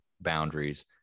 boundaries